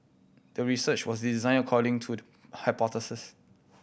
the research was designed according to the hypothesis